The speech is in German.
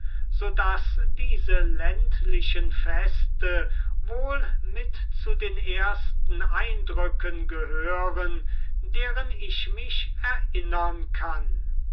daß diese ländlichen feste wohl mit zu den ersten eindrücken gehören deren ich mich erinnern kann